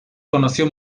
conoció